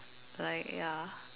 like ya